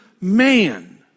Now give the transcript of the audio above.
man